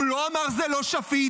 הוא לא אמר שזה לא שפיט.